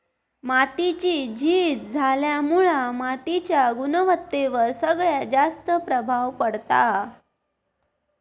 मातीची झीज झाल्यामुळा मातीच्या गुणवत्तेवर सगळ्यात जास्त प्रभाव पडता